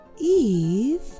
Eve